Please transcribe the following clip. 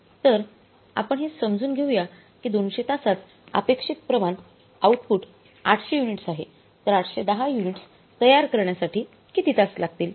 तर आपण हे समजून घेऊया की 200 तासांत अपेक्षित प्रमाण आऊटपुट 800 युनिट्स आहे तर 810 युनिट्स तयार करण्यासाठी किती तास लागतील